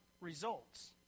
results